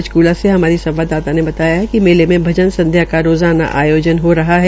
पंचकूला से हमारी संवाददाता ने बताया कि मेले में भजन संध्या का आयोजन हो रहा है